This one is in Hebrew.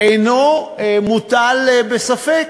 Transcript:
אינו מוטל בספק.